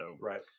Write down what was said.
right